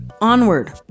onward